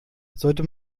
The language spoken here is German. sollte